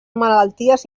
malalties